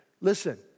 Listen